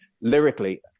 lyrically